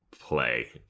play